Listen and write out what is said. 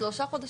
שלושה חודשים?